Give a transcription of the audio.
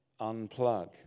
unplug